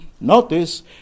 notice